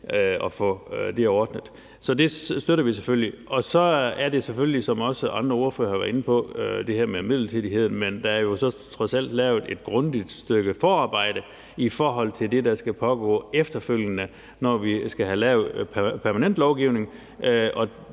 at få det ordnet. Det støtter vi selvfølgelig. Så er der selvfølgelig, som også andre ordførere har været inde på, det her med midlertidigheden, men der er jo så trods alt lavet et grundigt stykke forarbejde i forhold til det, der skal pågå efterfølgende, når vi skal have lavet permanent lovgivning.